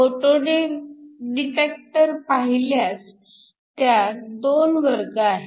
photo detector पाहिल्यास त्यात २ वर्ग आहेत